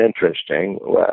interesting